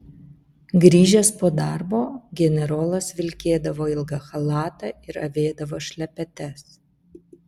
grįžęs po darbo generolas vilkėdavo ilgą chalatą ir avėdavo šlepetes